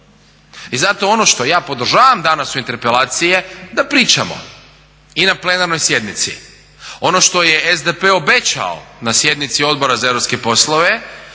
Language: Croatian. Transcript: I zato on što ja podržavam danas u interpelaciji da pričamo i na plenarnoj sjednici. Ono što je SDP obećao na sjednici Odbora za europske poslove